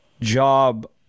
job